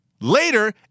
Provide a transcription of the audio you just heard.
later